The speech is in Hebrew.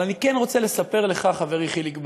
אבל אני כן רוצה לספר לך, חברי חיליק בר,